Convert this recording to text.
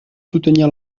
soutenir